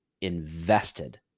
invested